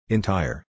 Entire